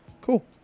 Cool